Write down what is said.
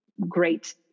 great